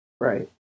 Right